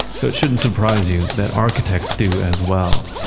so it shouldn't surprise you that architects do as well.